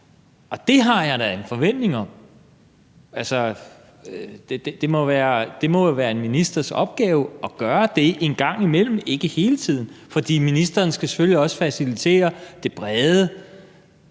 det har jeg da en forventning om. Det må jo være en ministers opgave at gøre det en gang imellem, ikke hele tiden, for ministeren skal selvfølgelig også facilitere det brede,